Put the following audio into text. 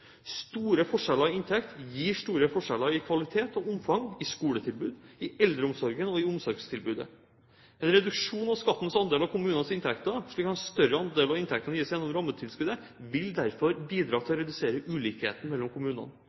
Store forskjeller i inntekt gir store forskjeller i kvalitet og omfang i skoletilbud, i eldreomsorgen og i omsorgstilbudet. En reduksjon av skattens andel av kommunens inntekter, slik at en større andel av inntektene gis gjennom rammetilskuddet, vil derfor bidra til å redusere ulikhetene mellom kommunene.